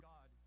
God